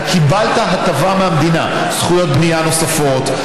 אתה קיבלת הטבה מהמדינה: זכויות בנייה נוספות,